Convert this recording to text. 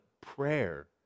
prayer